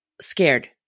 scared